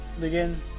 begin